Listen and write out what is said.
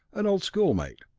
an old schoolmate.